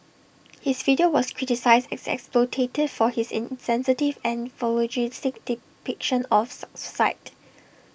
his video was criticised as exploitative for his insensitive and voyeuristic depiction of